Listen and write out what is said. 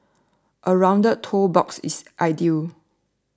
a rounded toe box is ideal